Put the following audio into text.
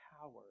power